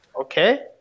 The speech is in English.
okay